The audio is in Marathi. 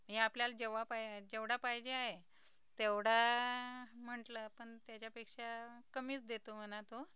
हे आपल्याला जेव्हा पाय जेवढा पाहिजेय तेवढा म्हंटलं पण त्याच्यापेक्षा कमीच देतो म्हणा तो